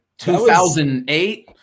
2008